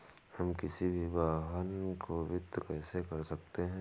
हम किसी भी वाहन को वित्त कैसे कर सकते हैं?